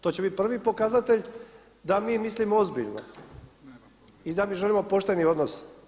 To će biti prvi pokazatelj da mi mislimo ozbiljno i da želimo pošteni odnos.